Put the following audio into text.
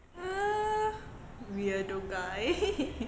err weirdo guy